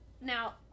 Now